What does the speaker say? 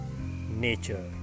nature